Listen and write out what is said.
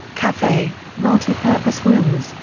cafe, multi-purpose rooms,